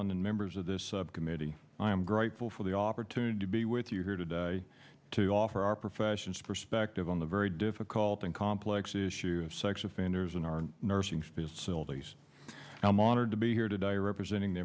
and members of this committee i am grateful for the opportunity to be with you here today to offer our professions perspective on the very difficult and complex issue of sex offenders in our nursing facilities i'm honored to be here today representing the